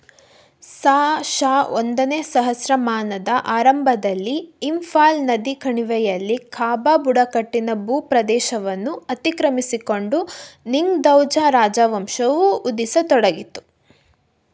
ಸಾ ಶ ಒಂದನೇ ಸಹಸ್ರಮಾನದ ಆರಂಭದಲ್ಲಿ ಇಂಫಾಲ್ ನದಿ ಕಣಿವೆಯಲ್ಲಿ ಖಾಬಾ ಬುಡಕಟ್ಟಿನ ಭೂಪ್ರದೇಶವನ್ನು ಅತಿಕ್ರಮಿಸಿಕೊಂಡು ನಿಂಗ್ಥೌಜಾ ರಾಜವಂಶವು ಉದಿಸತೊಡಗಿತು